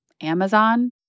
Amazon